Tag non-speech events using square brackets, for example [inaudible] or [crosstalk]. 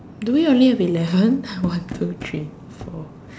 do we only have eleven [laughs] one two three four